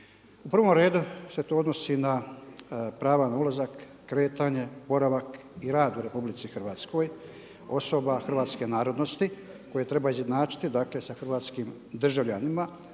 U prvom redu se to odnosi na prava na ulazak, kretanje, boravak i rad u RH osoba hrvatske narodnosti koje treba izjednačiti dakle sa hrvatskim državljanima